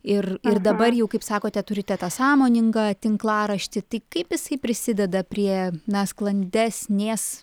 ir ir dabar jau kaip sakote turite tą sąmoningą tinklaraštį tai kaip jisai prisideda prie na sklandesnės